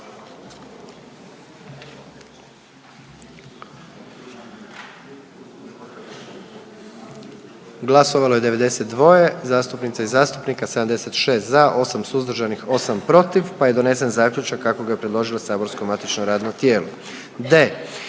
glasovalo 87 zastupnica i zastupnika, 76 za, 11 protiv pa je donesen zaključak kako ga je predložilo saborsko matično radno tijelo.